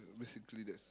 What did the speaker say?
basically that's